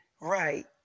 right